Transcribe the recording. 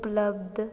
ਉਪਲੱਬਧ